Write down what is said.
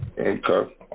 Okay